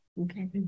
Okay